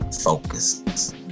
focus